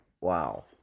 wow